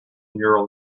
neural